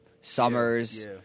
Summers